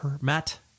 Matt